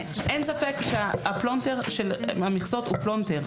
אין ספק שהפלונטר מהמכסות הוא פלונטר,